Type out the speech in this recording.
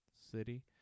city